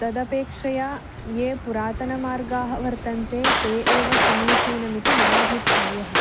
तदपेक्षया ये पुरातनमार्गाः वर्तन्ते ते एव समीचीनमिति मम अभिप्रायः